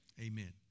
Amen